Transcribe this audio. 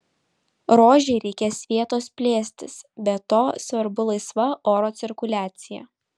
rožei reikės vietos plėstis be to svarbu laisva oro cirkuliacija